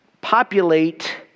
populate